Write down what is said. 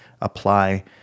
apply